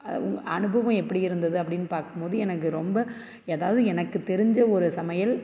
அனுபவம் எப்படி இருந்தது அப்படின்னு பார்க்கும் போது எனக்கு ரொம்ப ஏதாவது எனக்கு தெரிஞ்ச ஒரு சமையல்